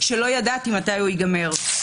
שלא ידעתי מתי הוא ייגמר.